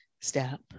Step